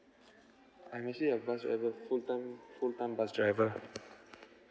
I'm actually a bus driver full time full time bus driver